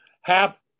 half